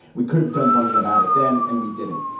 we could have done something about it then and we didn't.